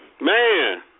Man